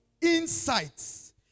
Insights